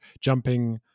jumping